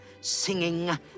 singing